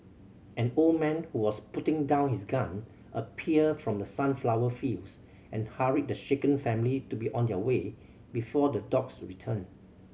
an old man who was putting down his gun appeared from the sunflower fields and hurried the shaken family to be on their way before the dogs return